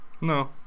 No